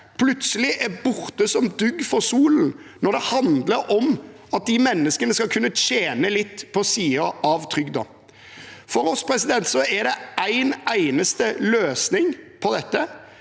plutselig er borte som dugg for solen når det handler om at de menneskene skal kunne tjene litt ved siden av trygden. For oss er det én eneste løsning på dette: